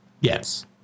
Yes